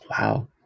Wow